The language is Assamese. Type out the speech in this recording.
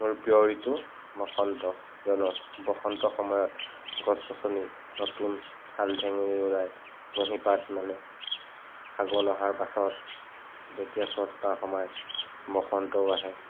মোৰ প্ৰিয় ঋতু বসন্ত কিয়নো বসন্তৰ সময়ত গছ গছনি নতুন ঠাল ঠেঙুলি ওলাই কুঁহিপাত মেলে ফাগুণ অহাৰ পাছত যেতিয়া চ'ত মাহ সোমাই বসন্তও আহে